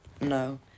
No